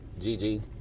GG